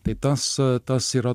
tai tas tas yra